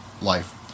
life